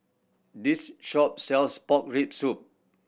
this shop sells pork rib soup